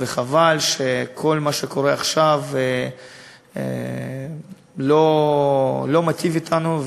וחבל שכל מה שקורה עכשיו לא מיטיב אתנו,